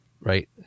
right